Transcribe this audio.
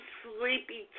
sleepy